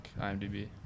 IMDb